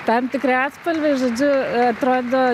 tam tikri atspalviai žodžiu atrodo